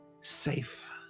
safe